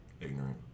Ignorant